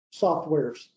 softwares